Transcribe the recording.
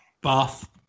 bath